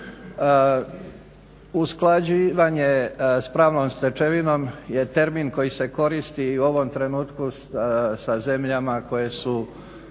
usklađivanje sa pravnom stečevinom je termin koji se koristi i u ovom trenutku sa zemljama koje su